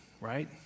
right